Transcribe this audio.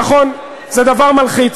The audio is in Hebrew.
נכון, זה מלחיץ.